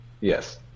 Yes